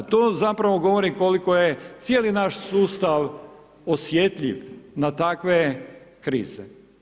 To zapravo govori koliko je cijeli naš sustav osjetljiv na takve krize.